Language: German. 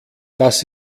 das